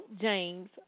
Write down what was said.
James